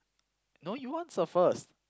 no you answer first